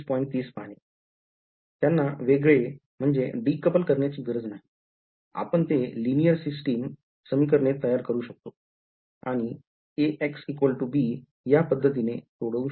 ३० पाहणे त्यांना वेगळे म्हणजे करण्याची गरज नाही आपण ते लिनिअर सिस्टिम समीकरणे तयार करू शकतो आणि Ax b या पद्धतीने सोडवू शकतो